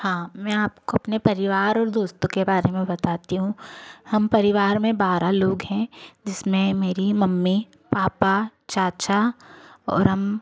हाँ मैं आपको अपने परिवार और दोस्तों के बारे में बताती हूँ हम परिवार में बारह लोग हैं जिसमें मेरी मम्मी पापा चाचा और हम